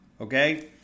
Okay